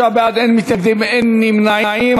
39 בעד, אין מתנגדים ואין נמנעים.